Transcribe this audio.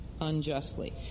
unjustly